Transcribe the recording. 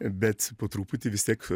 bet po truputį vis tiek